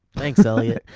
thanks elliott.